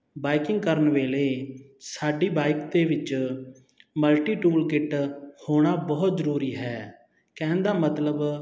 biking ਕਰਨ ਵੇਲੇ ਸਾਡੀ ਬਾਈਕ ਦੇ ਵਿੱਚ ਮਲਟੀ ਟੂਲ ਕਿੱਟ ਹੋਣਾ ਬਹੁਤ ਜ਼ਰੂਰੀ ਹੈ ਕਹਿਣ ਦਾ ਮਤਲਬ